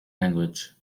language